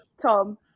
Tom